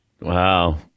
Wow